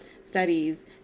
studies